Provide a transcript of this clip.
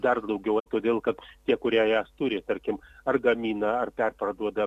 dar daugiau todėl kad tie kurie jas turi tarkim ar gamina ar perparduoda